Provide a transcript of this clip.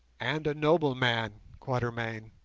and a noble man, quatermain,